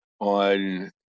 on